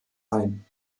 ein